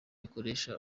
akoresha